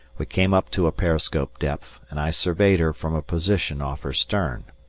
we came up to a periscope depth, and i surveyed her from a position off her stern.